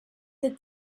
the